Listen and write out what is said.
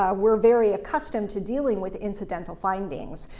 um we're very accustomed to dealing with incidental findings.